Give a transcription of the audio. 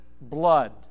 blood